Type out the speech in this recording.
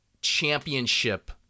championship